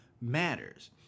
matters